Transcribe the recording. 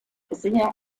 sehr